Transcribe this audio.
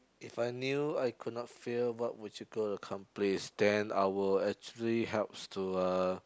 if I knew I could not fail what would you go accomplish then I would actually helps to uh